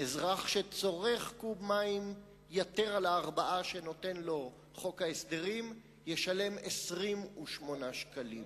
ואזרח שצורך קוב מים יתר על ה-4 שנותן לו חוק ההסדרים ישלם 28 שקלים,